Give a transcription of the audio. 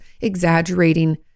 exaggerating